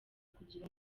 kugira